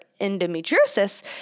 endometriosis